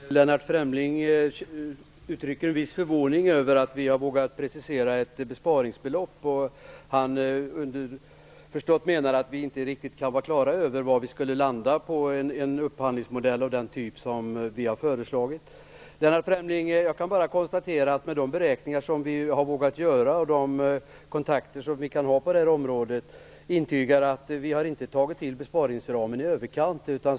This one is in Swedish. Herr talman! Lennart Fremling uttrycker viss förvåning över att vi har vågat precisera ett besparingsbelopp. Underförstått menar han att vi inte kan vara riktigt klara över var man skulle hamna med en upphandlingsmodell av den typ som vi har föreslagit. Utifrån de beräkningar som vi har vågat göra och de kontakter som kan finnas på detta område intygar vi att vi inte har tagit till en besparingsram i överkant.